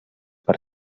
per